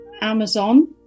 Amazon